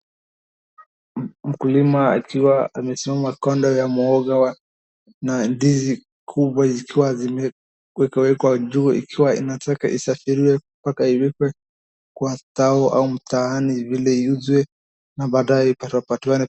Mkulima akiwa amesimama kando ya mwoga wa na ndizi kubwa zikiwa zimewekwa wekwa juu zikiwa zinataka zifarishwe mpaka ziwekwe kwa tao au mtaani ziuzwe.